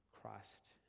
Christ